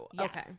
Okay